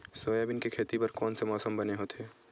Soybean के खेती बर कोन से मौसम बने होथे?